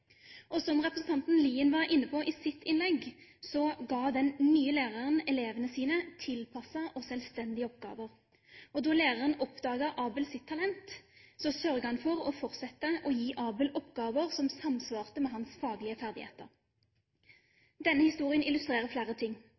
Som representanten Lien var inne på i sitt innlegg, ga den nye læreren elevene sine tilpassede og selvstendige oppgaver. Da læreren oppdaget Abels talent, sørget han for å fortsette å gi Abel oppgaver som samsvarte med hans faglige ferdigheter. Denne historien illustrerer flere ting: